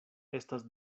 estas